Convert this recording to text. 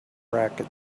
racket